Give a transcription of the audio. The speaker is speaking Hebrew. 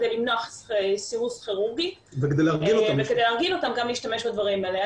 כדי למנוע סירוס כירורגי ולהרגיל אותם גם להשתמש בדברים האלה.